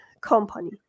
company